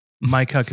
Mike